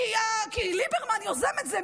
כי ליברמן יוזם את זה,